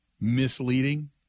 misleading